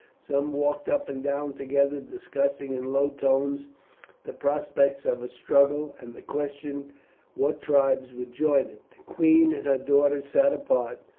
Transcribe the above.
some walked up and down together discussing in low tones the prospects of a struggle, and the question what tribes would join it. the queen and her daughters sat apart,